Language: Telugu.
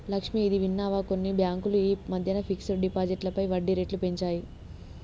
లక్ష్మి, ఇది విన్నావా కొన్ని బ్యాంకులు ఈ మధ్యన ఫిక్స్డ్ డిపాజిట్లపై వడ్డీ రేట్లు పెంచాయి